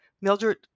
Mildred